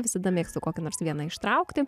visada mėgstu kokį nors vieną ištraukti